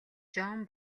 жон